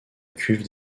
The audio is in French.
cuve